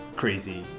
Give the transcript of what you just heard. crazy